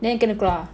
then you kena keluar